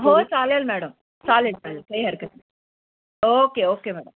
हो चालेल मॅडम चालेल चालेल काही हरकत नाही ओके ओके मॅडम